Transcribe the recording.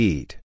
Eat